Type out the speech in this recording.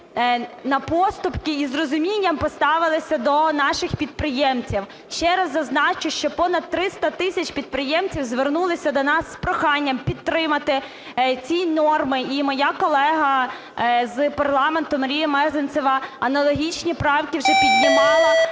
на поступки і з розумінням поставилися до наших підприємців. Ще раз зазначу, що понад 300 тисяч підприємців звернулися до нас з проханням підтримати ці норми. І моя колега з парламенту Марія Мезенцева аналогічні правки вже піднімала,